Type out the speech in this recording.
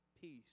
Peace